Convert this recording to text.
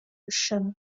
rushanwa